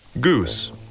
Goose